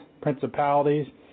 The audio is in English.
principalities